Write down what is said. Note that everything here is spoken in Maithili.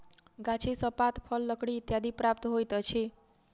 गाछी सॅ पात, फल, लकड़ी इत्यादि प्राप्त होइत अछि